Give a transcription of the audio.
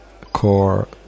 core